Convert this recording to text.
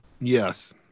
yes